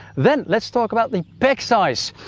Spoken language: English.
then, let's talk about the pack size.